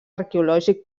arqueològic